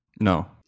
no